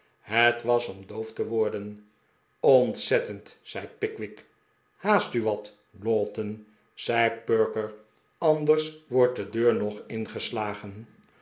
het was om doof te worden ontzettend zei pickwick haast u wat lowten zei perker r anders wordt de deur nog ingeslagen